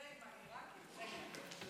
בבקשה,